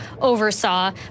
oversaw